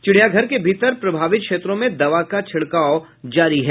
चिड़ियाघर के भीतर प्रभावित क्षेत्रों में दवा का छिड़काव जारी है